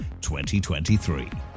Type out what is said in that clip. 2023